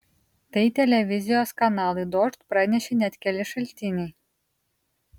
tai televizijos kanalui dožd pranešė net keli šaltiniai